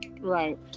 Right